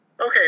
Okay